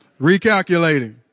Recalculating